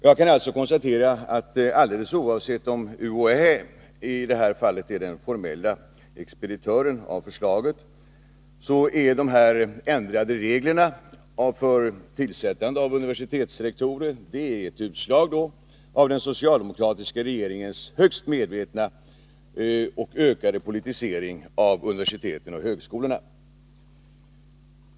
Jag kan alltså konstatera, att alldeles oavsett om UHÄ i det här fallet är den formella expeditören av förslaget, är de ändrade reglerna för tillsättande av universitetsrektorer ett utslag av den socialdemokratiska regeringens högst medvetna och ökade politisering av universiteten och högskolorna.